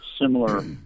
similar